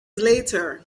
later